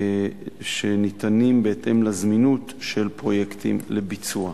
שניתנים בהתאם לזמינות של פרויקטים לביצוע.